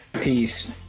Peace